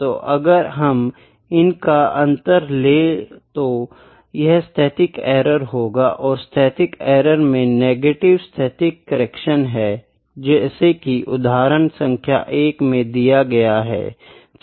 तो अगर हम इनका अंतर ले तो यह स्थैतिक एरर होगा और स्थैतिक एरर में नेगटिव स्थैतिक करेक्शन है जैसे की उदहारण सांख्य 1 में दिया गया है